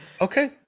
okay